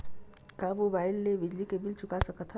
का मुबाइल ले बिजली के बिल चुका सकथव?